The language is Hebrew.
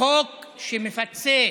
חוק שמפצה